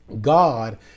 God